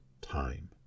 time